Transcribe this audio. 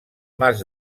mas